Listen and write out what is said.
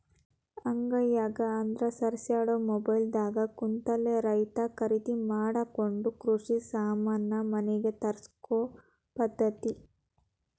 ಅಂಗೈಯಾಗ ಅಂದ್ರ ಸರಿಸ್ಯಾಡು ಮೊಬೈಲ್ ದಾಗ ಕುಂತಲೆ ರೈತಾ ಕರಿದಿ ಮಾಡಕೊಂಡ ಕೃಷಿ ಸಾಮಾನ ಮನಿಗೆ ತರ್ಸಕೊ ಪದ್ದತಿ